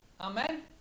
Amen